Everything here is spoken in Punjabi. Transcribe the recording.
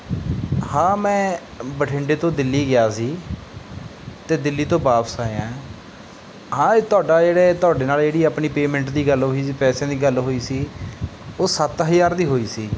ਹਾਂ ਮੈਂ ਬਠਿੰਡੇ ਤੋਂ ਦਿੱਲੀ ਗਿਆ ਸੀ ਅਤੇ ਦਿੱਲੀ ਤੋਂ ਵਾਪਿਸ ਆਇਆ ਆ ਹਾਂ ਇਹ ਤੁਹਾਡਾ ਜਿਹੜੇ ਤੁਹਾਡੇ ਨਾਲ ਜਿਹੜੀ ਆਪਣੀ ਪੇਮੈਂਟ ਦੀ ਗੱਲ ਹੋਈ ਸੀ ਪੈਸਿਆਂ ਦੀ ਗੱਲ ਹੋਈ ਸੀ ਉਹ ਸੱਤ ਹਜ਼ਾਰ ਦੀ ਹੋਈ ਸੀ